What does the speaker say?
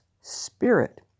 spirit